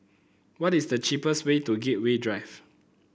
what is the cheapest way to Gateway Drive